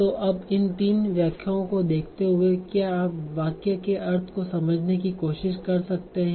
तो अब इन तीन व्याख्याओं को देखते हुए क्या आप वाक्य के अर्थ को समझने की कोशिश कर सकते हैं